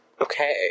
Okay